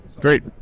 great